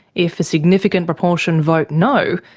if a significant proportion vote no,